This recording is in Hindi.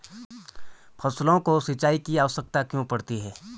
फसलों को सिंचाई की आवश्यकता क्यों पड़ती है?